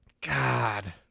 God